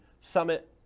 summit